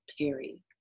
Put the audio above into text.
Perry